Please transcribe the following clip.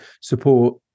support